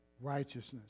righteousness